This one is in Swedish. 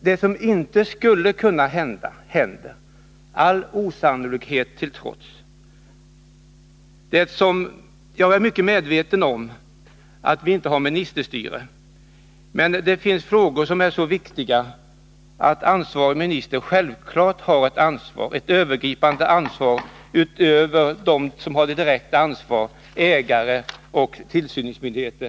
Det som inte skulle kunna hända, det händer — all osannolikhet till trots. Jag är mycket medveten om att vi inte har ministerstyre, men det finns frågor som är så viktiga att ansvarig minister måste ta sitt ansvar för dem. Det ansvaret är övergripande och går utöver det som direkt åvilar ägare och tillsynsmyndigheter.